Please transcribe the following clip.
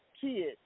kids